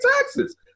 taxes